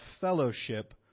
fellowship